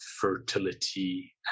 fertility